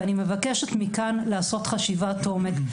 ואני מבקשת מכאן לעשות חשיבת עומק.